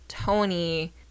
Tony